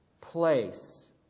place